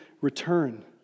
return